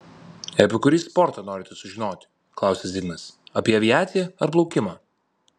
apie kurį sportą norite sužinoti klausia zigmas apie aviaciją ar plaukimą